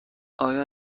آیا